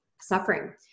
suffering